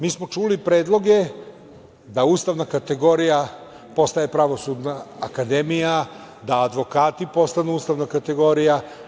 Mi smo čuli predloge da ustavna kategorija postane Pravosudna akademija, da advokati postanu ustavna kategorija.